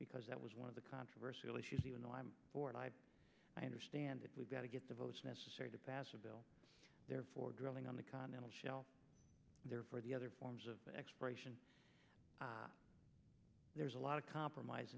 because that was one of the controversy let's use even though i'm for it i understand it we've got to get the votes necessary to pass a bill therefore drilling on the continental shelf there for the other forms of exploration there's a lot of compromise